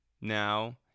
Now